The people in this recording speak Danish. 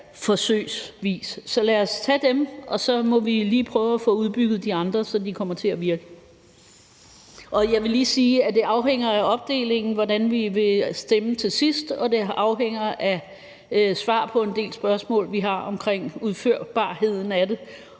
forsøgsvise. Så lad os tage dem, og så må vi lige prøve at få udbygget de andre, så de kommer til at virke. Jeg vil lige sige, at det afhænger af opdelingen, og at det afhænger af svar på en del spørgsmål, vi har omkring udførbarheden af det,